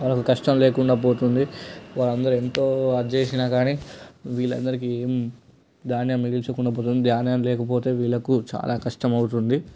కష్టం లేకుండా పోతుంది వారందరూ ఎంతో చేసినా కాని వీళ్ళందరికీ ధాన్యం మిగిల్చకుండా పోతుంది ధ్యానం లేకపోతే వీళ్ళకు చాలా కష్టమవుతుంది